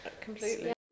completely